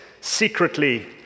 secretly